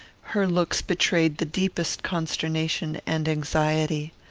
her looks betrayed the deepest consternation and anxiety.